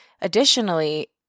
Additionally